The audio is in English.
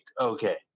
Okay